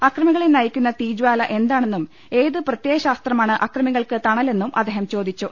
അക്രമികളെ നയിക്കുന്ന തീജാലി എന്താണെന്നും ഏത് പ്രത്യയ ശാസ്ത്രമാണ് അക്രമികൾക്ക് തണലെന്നും അദ്ദേഹം ചോദിച്ചു